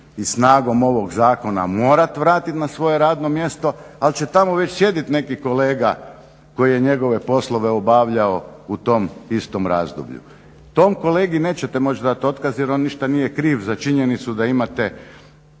i snagom ovog Zakona morat vratit na svoje radno mjesto, ali će tamo već sjedit neki kolega koji je njegove poslove obavljao u tom istom razdoblju. Tom kolegi nećete moći dati otkaz jer on ništa nije kriv za činjenicu da imate